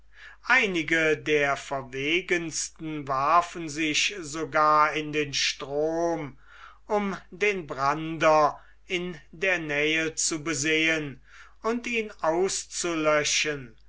einige der verwegensten warfen sich sogar in den strom um den brander in der nähe zu besehen und ihn auszulöschen